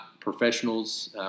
professionals